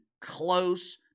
close